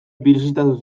bisitatu